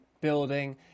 building